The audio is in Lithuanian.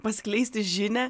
paskleisti žinią